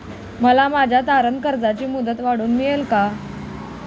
मला माझ्या तारण कर्जाची मुदत वाढवून मिळेल का?